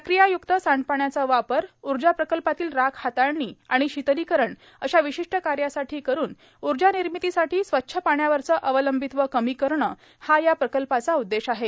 क्रियायुक्त सांडपाण्याचा वापर ऊर्जा प्रकल्पातील राख हाताळणी आणि शीतलीकरण अशा विशिष्ट कार्यासाठी करून ऊर्जा निर्मितीसाठी स्वच्छ पाण्यावरचं अवलंबित्व कमी करणं हा या प्रकल्पाचा उद्देश आहे